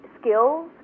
skills